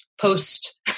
post